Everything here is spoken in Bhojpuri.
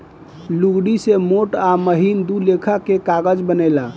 लुगदी से मोट आ महीन दू लेखा के कागज बनेला